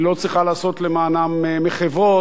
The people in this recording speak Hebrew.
היא לא צריכה לעשות למענם מחוות,